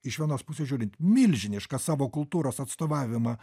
iš vienos pusės žiūrint milžinišką savo kultūros atstovavimą